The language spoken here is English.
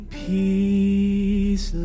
peace